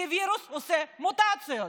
כי וירוס עושה מוטציות.